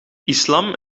islam